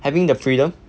having the freedom